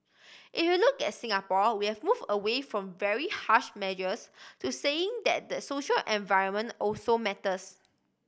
if you look at Singapore we have move away from very harsh measures to saying that the social environment also matters